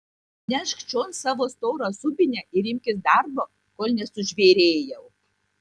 nešk čion savo storą subinę ir imkis darbo kol nesužvėrėjau